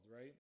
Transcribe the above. right